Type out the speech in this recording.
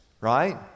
right